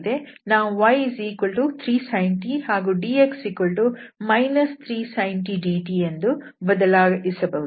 ನಾವು y3sin t ಹಾಗೂ dx 3sin t dt ಎಂದು ಬದಲಾಯಿಸಬಹುದು